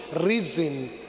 reason